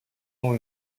ont